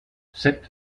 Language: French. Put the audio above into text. seth